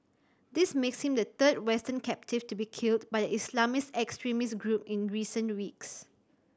this makes him the third Western captive to be killed by the Islamist extremist group in recent weeks